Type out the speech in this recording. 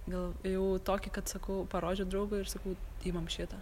gal jau tokį kad sakau parodžiau draugui ir sakau imam šitą